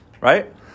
right